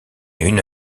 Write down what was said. une